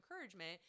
encouragement